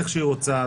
איך שהיא רוצה,